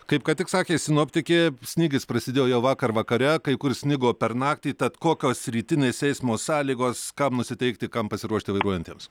kaip ką tik sakė sinoptikė snygis prasidėjo jau vakar vakare kai kur snigo per naktį tad kokios rytinės eismo sąlygos kam nusiteikti kam pasiruošti vairuojantiems